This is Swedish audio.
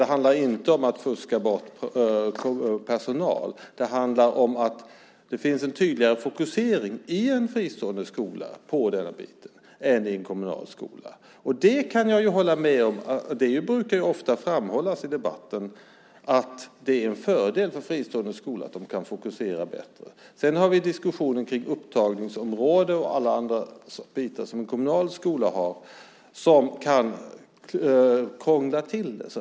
Det handlar inte om att fuska bort personal. Det handlar om att det i en fristående skola finns en tydligare fokusering än i en kommunal skola. Det brukar ofta framhållas i debatten att en fördel med fristående skolor är just att de kan fokusera bättre. Sedan har vi diskussionen om upptagningsområde, och allt annat som en kommunal skola har, som också kan krångla till det hela.